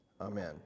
Amen